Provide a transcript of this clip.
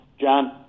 John